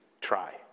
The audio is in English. try